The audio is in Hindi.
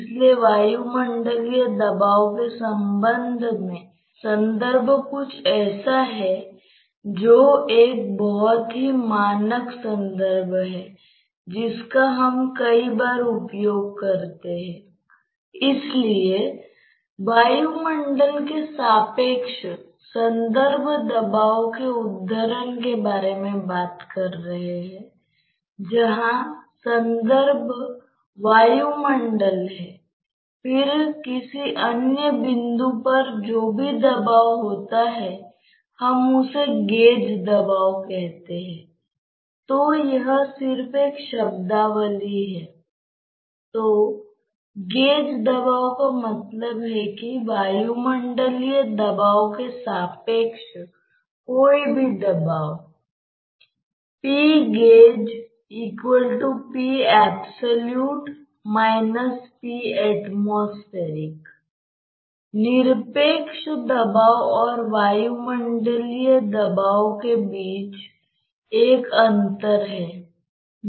और वास्तव में यहां कोई स्लिप की आवश्यक शर्त नहीं है यह विरोधाभास होगा यदि आप कहते हैं कि यह एक इनविसिड प्रवाह है तो स्लिप नहीं है और इनविसिड में कोई स्लिप एक साथ नहीं होगा